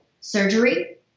surgery